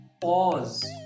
pause